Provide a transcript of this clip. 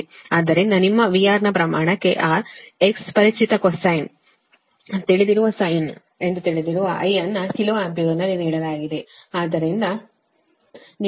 ಆದ್ದರಿಂದ ನಿಮ್ಮ VR ನ ಪ್ರಮಾಣಕ್ಕಾಗಿ R X ಪರಿಚಿತ cosine ತಿಳಿದಿರುವ sine ಎಂದು ತಿಳಿದಿರುವ I ಅನ್ನು ಕಿಲೋ ಆಂಪಿಯರ್ ನಲ್ಲಿ ನೀಡಲಾಗಿದೆ